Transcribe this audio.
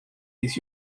this